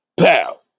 pow